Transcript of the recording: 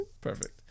perfect